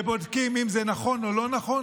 שבה בודקים אם זה נכון או לא נכון,